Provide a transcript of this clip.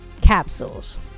capsules